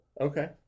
Okay